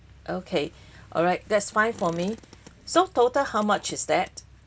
okay alright that's fine for me so total how much is that